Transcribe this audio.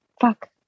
Fuck